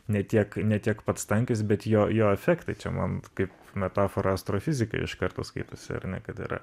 ne tiek ne tiek pats tankis bet jo jo efektai čia man kaip metafora astrofizikai iš karto skaitosi ar ne kad yra